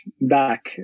back